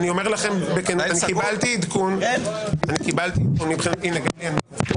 עופר, תן לי לדבר.